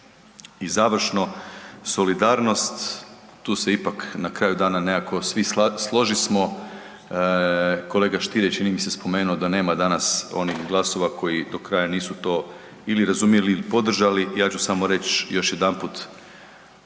I završno, solidarnost, tu se ipak na kraju dana nekako svi složismo. Kolega Stier je, čini mi se, spomenuo da nema danas onih glasova koji do kraja nisu to ili razumjeli ili podržali, ja ću samo reći još jedanput,